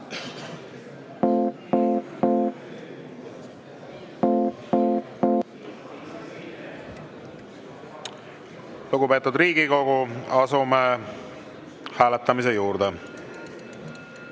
Lugupeetud Riigikogu, asume hääletamise juurde.